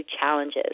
challenges